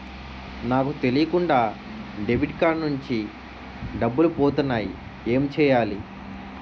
నాకు తెలియకుండా debit card నుంచి డబ్బులు పోతున్నాయి ఎం చెయ్యాలి?